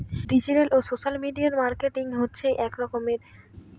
digital আর social media marketing হচ্ছে এখনকার সময়ে এক অন্যতম ক্যারিয়ার অপসন